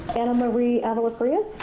anamarie avila farias?